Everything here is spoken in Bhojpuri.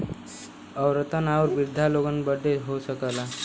औरतन आउर वृद्धा लोग बदे हो सकला